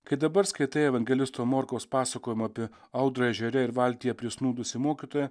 kai dabar skaitai evangelisto morkaus pasakojimą apie audrą ežere ir valtyje prisnūdusį mokytoją